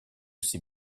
ces